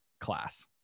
class